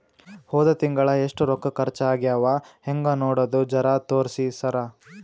ಹೊದ ತಿಂಗಳ ಎಷ್ಟ ರೊಕ್ಕ ಖರ್ಚಾ ಆಗ್ಯಾವ ಹೆಂಗ ನೋಡದು ಜರಾ ತೋರ್ಸಿ ಸರಾ?